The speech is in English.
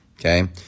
okay